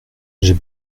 j’ai